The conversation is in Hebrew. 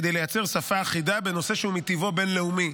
כדי לייצר שפה אחידה בנושא שהוא מטבעו בין-לאומי.